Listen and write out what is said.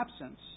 absence